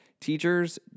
Teachers